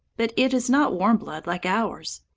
but it is not warm blood like ours.